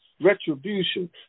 Retribution